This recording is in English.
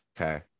Okay